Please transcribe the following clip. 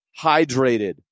hydrated